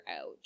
out